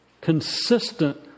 Consistent